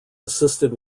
assisted